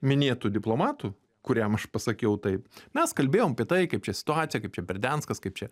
minėtu diplomatu kuriam aš pasakiau taip mes kalbėjom apie tai kaip čia situacija kaip čia berdianskas kaip čia